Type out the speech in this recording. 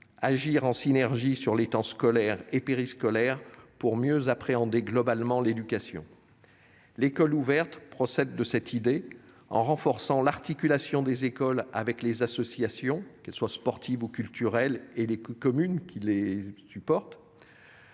agir en synergie sur les temps scolaire et périscolaire pour mieux appréhender globalement l'éducation. L'école ouverte procède de cette idée en renforçant l'articulation entre l'école et les associations, qu'elles soient sportives ou culturelles, et les communes qui les soutiennent